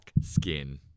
skin